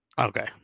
okay